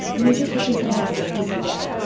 it means you're taking sometimes the easy way.